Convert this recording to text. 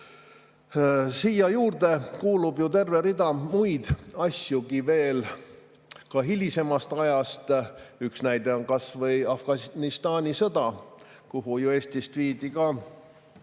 Siia juurde kuulub terve rida muid asju veel ka hilisemast ajast. Üks näide on kas või Afganistani sõda, kuhu Eestist viidi ka